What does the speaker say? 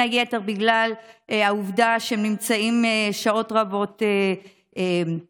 היתר בגלל העובדה שהם נמצאים שעות רבות ברחוב,